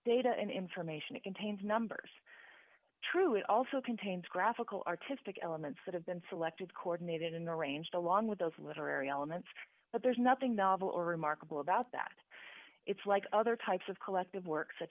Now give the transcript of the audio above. data and information it contains numbers true it also contains graphical artistic elements that have been selected co ordinated in arranged along with those literary elements but there's nothing novel or remarkable about that it's like other types of collective work such